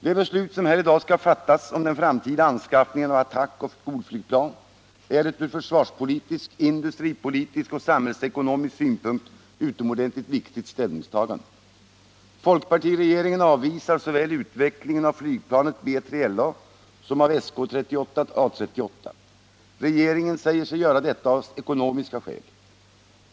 Det beslut, som här i dag skall fattas, om den framtida anskaffningen av attackoch skolflygplan är ett från försvarspolitisk, industripolitisk och samhällsekonomisk synpunkt utomordentligt viktigt ställningstagande. Folkpartiregeringen avvisar såväl utvecklingen av flygplanet BILA som av SK 38/A 38. Regeringen säger sig göra detta av ekonomiska skäl.